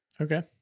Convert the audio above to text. Okay